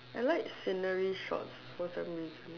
I like scenery shots for some reason